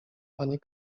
panie